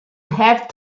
have